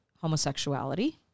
homosexuality